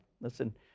Listen